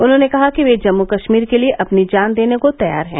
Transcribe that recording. उन्होंने कहा कि वे जम्मू कश्मीर के लिए अपनी जान देने को तैयार हैं